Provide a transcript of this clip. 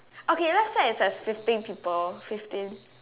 okay let's start with like fifteen people fifteen